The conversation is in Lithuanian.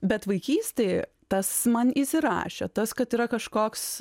bet vaikystėj tas man įsirašė tas kad yra kažkoks